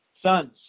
Sons